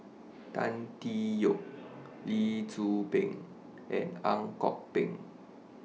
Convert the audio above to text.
Tan Tee Yoke Lee Tzu Pheng and Ang Kok Peng